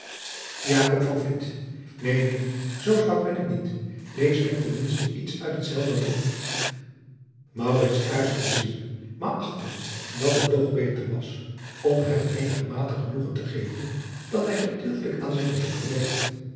neen neen zoo zwak ben ik niet lees mij ten minste iets uit hetzelve voor maurits aarzelde zeer maar achtte dat het toch beter was om hem eenigermate genoegen te geven dat hij gedeeltelijk aan zijn verzoek voldeed